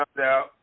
out